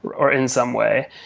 or in some way.